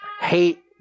hate